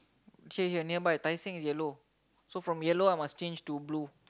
change here Tai-Seng is yellow so from yellow I must change to blue